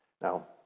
Now